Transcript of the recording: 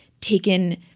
taken –